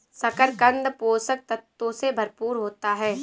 शकरकन्द पोषक तत्वों से भरपूर होता है